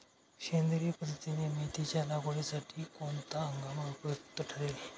सेंद्रिय पद्धतीने मेथीच्या लागवडीसाठी कोणता हंगाम उपयुक्त ठरेल?